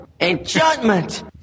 Enchantment